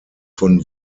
von